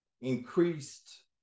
increased